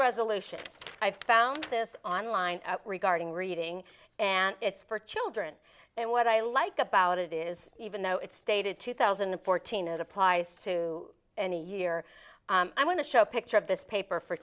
resolution i found this on line regarding reading and it's for children and what i like about it is even though it's dated two thousand and fourteen it applies to any year i want to show a picture of this paper for